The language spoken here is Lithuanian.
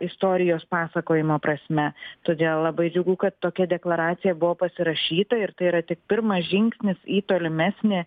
istorijos pasakojimo prasme todėl labai džiugu kad tokia deklaracija buvo pasirašyta ir tai yra tik pirmas žingsnis į tolimesnį